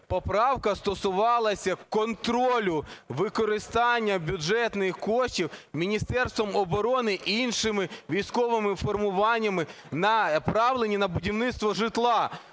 Поправка стосувалася контролю використання бюджетних коштів Міністерством оборони, іншими військовими формуваннями, направлені на будівництво житла.